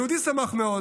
היהודי שמח מאוד.